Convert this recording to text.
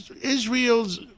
Israel's